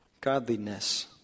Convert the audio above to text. godliness